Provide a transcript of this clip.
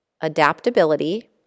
adaptability